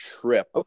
trip